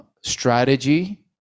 strategy